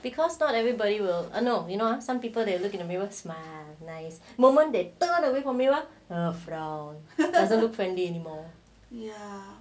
because not everybody will know you know some people they look in the mirror smile nice moment they turned away from you ah frown doesn't look friendly anymore ya